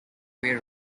way